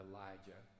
Elijah